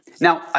Now